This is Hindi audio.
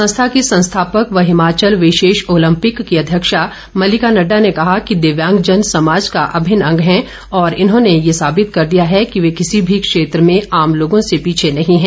संस्था की संस्थापक व हिमाचल विशेष ओलम्पिक की अध्यक्ष मलिका नड़डा ने कहा कि दिव्यांगजन समाज का अभिन्न अंग है और इन्होंने ये साबित कर दिया है कि ये किसी भी क्षेत्र में आम लोगों से पीछे नहीं है